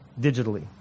digitally